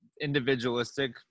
individualistic